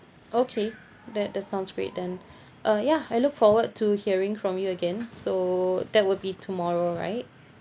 okay that that sounds great then uh ya I look forward to hearing from you again so that will be tomorrow right